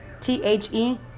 T-H-E